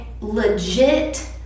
legit